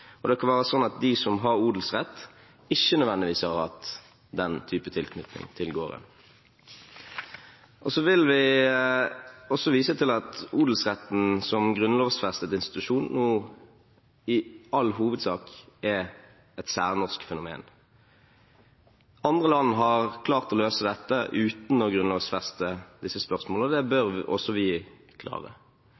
og det kan være slik at de som har odelsrett, ikke nødvendigvis har hatt den type tilknytning til gården. Så vil vi også vise til at odelsretten som grunnlovfestet institusjon i all hovedsak er et særnorsk fenomen. Andre land har klart å løse dette uten å grunnlovfeste disse spørsmålene. Det bør